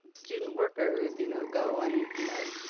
student workers you know go and, you know.